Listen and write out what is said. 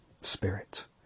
Spirit